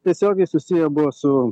tiesiogiai susiję buvo su